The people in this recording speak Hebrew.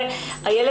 במשפחה.